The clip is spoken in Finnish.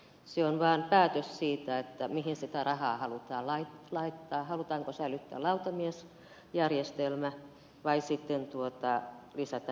se on vaan päätös siitä mihin sitä rahaa halutaan laittaa halutaanko säilyttää lautamiesjärjestelmä vai sitten lisätä tuomareita